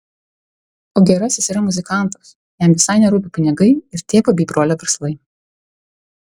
o gerasis yra muzikantas jam visai nerūpi pinigai ir tėvo bei brolio verslai